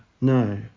no